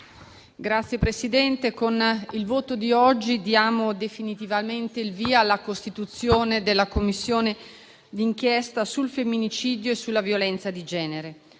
Signor Presidente, con il voto di oggi diamo definitivamente il via alla costituzione della Commissione di inchiesta sul femminicidio e sulla violenza di genere.